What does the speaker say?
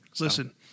Listen